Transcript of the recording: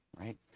right